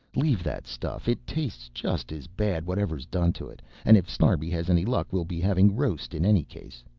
leave that stuff, it tastes just as bad whatever is done to it, and if snarbi has any luck we'll be having roast in any case.